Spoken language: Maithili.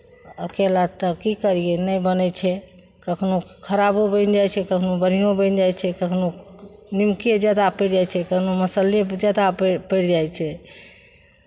अकेला तऽ की करियै नहि बनै छै कखनहु खराबो बनि जाइ छै कखनहु बढ़िओँ बनि जाइ छै कखनहु निमके जादा पड़ि जाइ छै कखनहु मसल्ले जादा पड़ि पड़ि जाइ छै